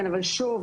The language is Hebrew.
כן אבל שוב,